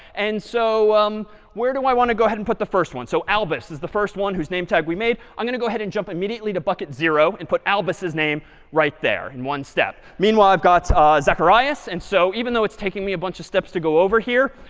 and so um where do i want to go ahead and put the first one? so albus is the first one whose name tag we made. i'm going to go ahead and jump immediately to bucket zero and put albus's name right there in one step. meanwhile i've got ah zacharias, and so even though it's taking me a bunch of steps to go over here,